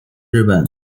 日本